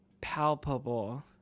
palpable